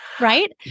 Right